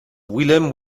willem